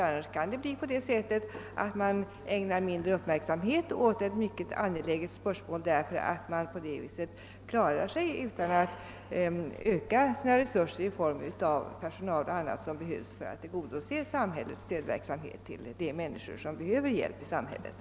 Annars kan det bli på det sättet att man ägnar mindre uppmärksamhet åt ett mycket angeläget spörsmål därför att man på det viset klarar sig utan att öka sina resurser i form av personal och annat som erfordras för att tillgodose samhällets verksamhet när det gäller de människor som behöver stöd.